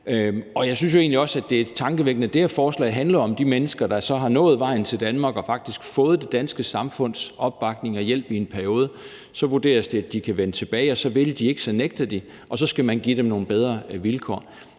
jo egentlig også, at det er tankevækkende, at det her forslag handler om, at det vurderes, at de mennesker, der så er nået hele vejen til Danmark og faktisk har fået det danske samfunds opbakning og hjælp i en periode, kan vende tilbage, og hvis de så ikke vil, hvis de nægter, skal man give dem nogle bedre vilkår.